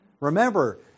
Remember